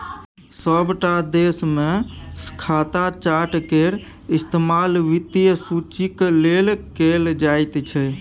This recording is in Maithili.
सभटा देशमे खाता चार्ट केर इस्तेमाल वित्तीय सूचीक लेल कैल जाइत छै